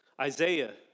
Isaiah